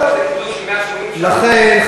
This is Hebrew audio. לכן,